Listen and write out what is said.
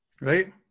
Right